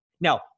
Now